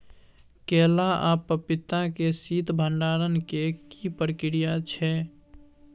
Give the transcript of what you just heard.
केला आ पपीता के शीत भंडारण के की प्रक्रिया छै?